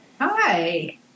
hi